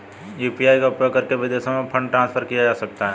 UPI का उपयोग करके विदेशों में फंड ट्रांसफर किया जा सकता है?